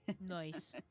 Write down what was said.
nice